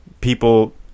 people